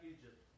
Egypt